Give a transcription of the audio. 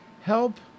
help